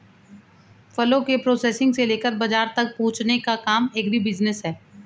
फलों के प्रोसेसिंग से लेकर बाजार तक पहुंचने का काम एग्रीबिजनेस है